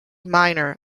minor